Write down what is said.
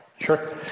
Sure